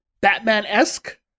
Batman-esque